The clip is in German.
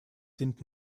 sind